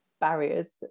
barriers